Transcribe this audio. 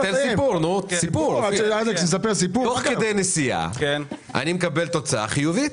תוך כדי נסיעה אני מקבל תוצאה חיובית.